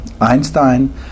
Einstein